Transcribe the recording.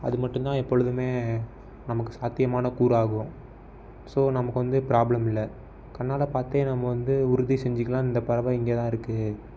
அது மட்டுந்தான் எப்பொழுதுமே நமக்கு சாத்தியமான கூறாகும் ஸோ நமக்கு வந்து ப்ராப்ளம் இல்லை கண்ணால் பார்த்தே நம்ம வந்து உறுதி செஞ்சிக்கலான் இந்தப்பறவை இங்கே தான் இருக்குது